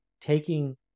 taking